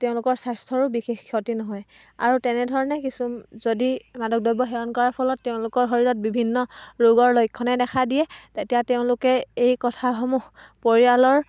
তেওঁলোকৰ স্বাস্থ্যৰো বিশেষ ক্ষতি নহয় আৰু তেনেধৰণে কিছু যদি মাদক দ্ৰব্য সেৱন কৰাৰ ফলত তেওঁলোকৰ শৰীৰত বিভিন্ন ৰোগৰ লক্ষণে দেখা দিয়ে তেতিয়া তেওঁলোকে এই কথাসমূহ পৰিয়ালৰ